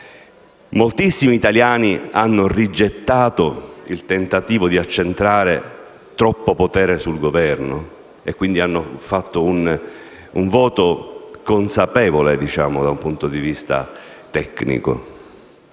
moltissimi italiani hanno rigettato il tentativo di accentrare troppo potere sul Governo e quindi hanno espresso un voto consapevole dal punto di vista tecnico.